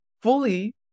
Fully